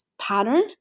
pattern